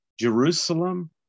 Jerusalem